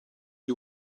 you